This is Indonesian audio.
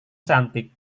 cantik